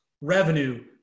revenue